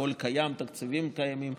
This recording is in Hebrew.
הכול קיים, התקציבים קיימים,